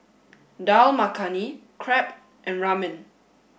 Dal Makhani Crepe and Ramen